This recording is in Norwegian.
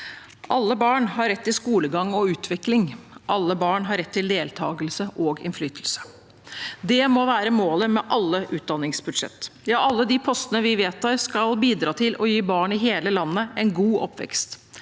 Alle barn har rett til skolegang og utvikling. Alle barn har rett til deltakelse og innflytelse. Det må være målet med alle utdanningsbudsjett: Alle de postene vi vedtar, skal bidra til å gi barn i hele landet en god oppvekst,